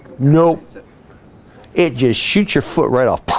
nope it just shoots your foot right off